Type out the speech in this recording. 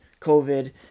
COVID